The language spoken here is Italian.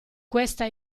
questa